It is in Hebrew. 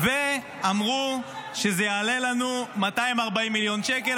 ואמרו שזה יעלה לנו 240 מיליון שקל,